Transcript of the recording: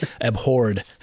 abhorred